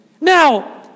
Now